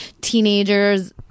teenagers